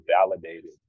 validated